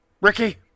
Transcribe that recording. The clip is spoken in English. Ricky